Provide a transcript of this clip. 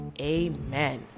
Amen